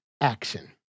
action